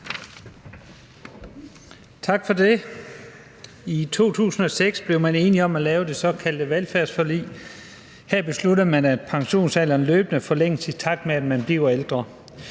Tak for det. I 2006 blev man enige om at lave det såkaldte velfærdsforlig. Her besluttede man, at pensionsalderen løbende forlænges, i takt med at vi bliver ældre.